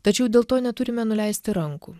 tačiau dėl to neturime nuleisti rankų